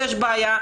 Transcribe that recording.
יש בעיה,